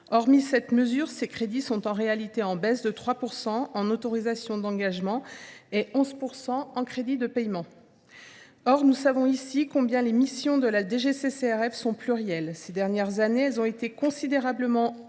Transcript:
de cette mesure, les crédits sont en réalité en baisse de 3 % en autorisations d’engagement et de 11 % en crédits de paiement. Pourtant, nous savons ici combien les missions de la DGCCRF sont plurielles. Ces dernières années, elles ont été considérablement étendues